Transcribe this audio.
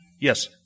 Yes